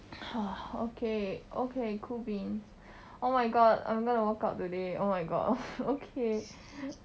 !wah! okay okay cool beans oh my god I'm gonna workout today oh my god okay